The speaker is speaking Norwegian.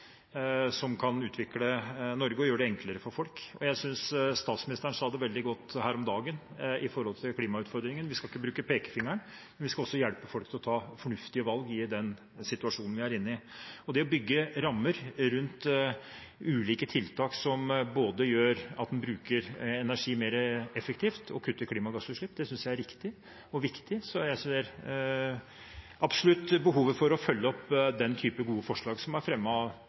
som kan utvikle Norge og gjøre det enklere for folk. Jeg syns statsministeren sa det veldig godt her om dagen med hensyn til klimautfordringene: Vi skal ikke bruke pekefingeren, vi skal hjelpe folk til å ta fornuftige valg i den situasjonen vi er inne i. Det å bygge rammer rundt ulike tiltak som gjør at en både bruker energi mer effektivt og kutter klimagassutslipp, syns jeg er riktig og viktig, så jeg ser absolutt behovet for å følge opp den type gode forslag som er fremmet av